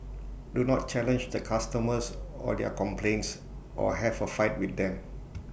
do not challenge the customers or their complaints or have A fight with them